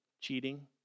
cheating